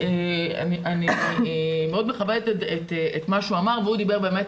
אני מאוד מכבדת את מה שהוא אמר והוא דיבר באמת